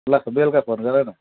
ल बेलुका फोन गर न